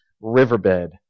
riverbed